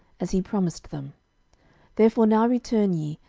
as he promised them therefore now return ye,